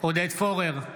עודד פורר,